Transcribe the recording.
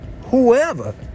whoever